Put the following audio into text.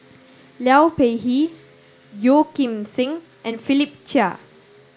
Liu Peihe Yeo Kim Seng and Philip Chia